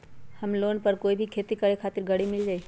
का लोन पर कोई भी खेती करें खातिर गरी मिल जाइ?